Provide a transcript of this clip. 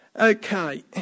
Okay